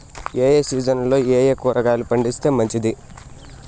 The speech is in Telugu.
ఏ సీజన్లలో ఏయే కూరగాయలు పండిస్తే మంచిది